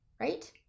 right